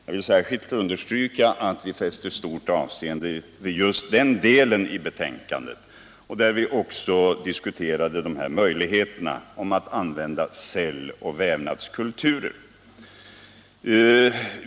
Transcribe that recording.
Jag vill särskilt understryka att vi fäste stort avseende vid just den delen av betänkandet, där vi även diskuterade möjligheterna att använda celloch vävnadskulturer.